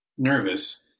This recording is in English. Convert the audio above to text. nervous